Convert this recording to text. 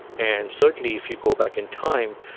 and certainly if you go back in time,